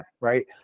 right